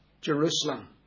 Jerusalem